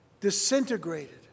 Disintegrated